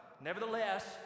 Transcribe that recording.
Nevertheless